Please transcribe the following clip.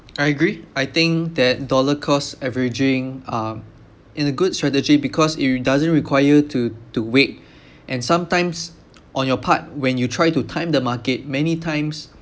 I agree I think that dollar cost averaging um in a good strategy because it re~ doesn't require you to to wait and sometimes on your part when you try to time the market many times